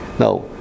Now